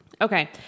Okay